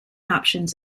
options